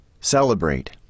celebrate